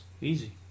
easy